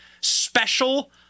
special